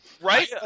Right